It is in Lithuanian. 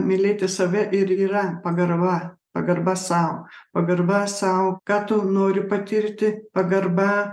mylėti save ir yra pagarba pagarba sau pagarba sau ką tu nori patirti pagarba